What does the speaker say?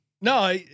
No